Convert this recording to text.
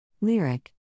Lyric